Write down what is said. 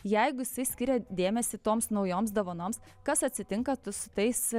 jeigu jisai skiria dėmesį toms naujoms dovanoms kas atsitinka tu su tais